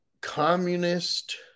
communist